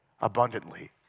abundantly